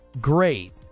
great